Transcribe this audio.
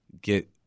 get